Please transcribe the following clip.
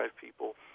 people